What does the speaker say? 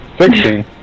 Sixteen